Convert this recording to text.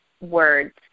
words